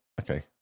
Okay